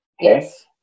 Yes